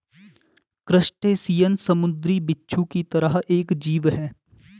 crustacean समुंद्री बिच्छू की तरह एक जीव है